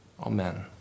Amen